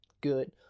good